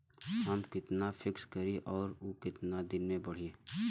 हम कितना फिक्स करी और ऊ कितना दिन में बड़ी?